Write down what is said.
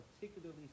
particularly